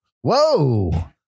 Whoa